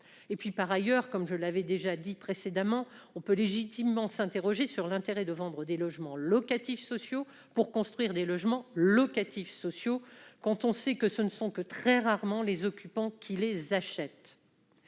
situation. Par ailleurs, comme je l'avais souligné précédemment, on peut légitimement s'interroger sur l'intérêt de vendre des logements locatifs sociaux pour construire d'autres logements locatifs sociaux quand on sait que ce ne sont que très rarement les occupants qui les achètent